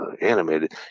animated